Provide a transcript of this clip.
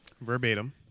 verbatim